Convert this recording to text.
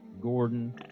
Gordon